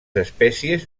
espècies